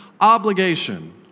obligation